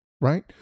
right